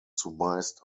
zumeist